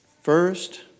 First